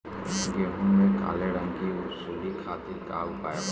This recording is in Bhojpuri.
गेहूँ में काले रंग की सूड़ी खातिर का उपाय बा?